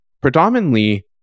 predominantly